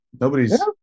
Nobody's